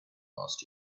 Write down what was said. last